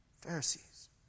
Pharisees